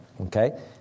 okay